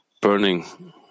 burning